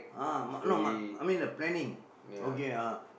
ah ma~ no ma~ I mean the planning okay ah